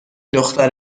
دختر